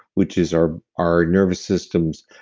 which is our our nervous system's